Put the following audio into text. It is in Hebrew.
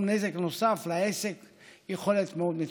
נזק נוסף לעסק היא יכולת מאוד מצומצמת.